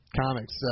Comics